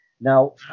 Now